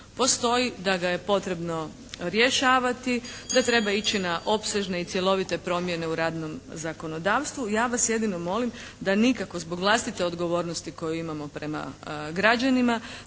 postoji, da ga je potrebno rješavati, da treba ići na opsežne i cjelovite promjene u radnom zakonodavstvu. Ja vas jedino molim da nikako zbog vlastite odgovornosti koju imamo prema građanima